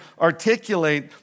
articulate